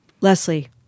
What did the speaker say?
Leslie